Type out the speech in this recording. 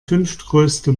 fünftgrößte